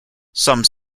some